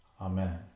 Amen